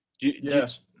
Yes